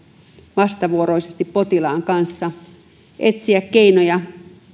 vastavuoroisesti potilaan kanssa etsiä keinoja